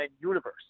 universe